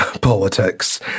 politics